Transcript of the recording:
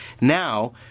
now